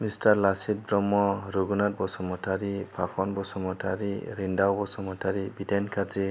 mister Lachit Brahma Rupnath Basumatary फाखन बसुमतारि रिन्दाव बसुमतारि बिदेन कारजि